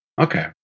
okay